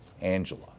Angela